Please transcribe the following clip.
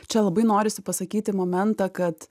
čia labai norisi pasakyti momentą kad